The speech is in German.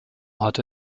hatte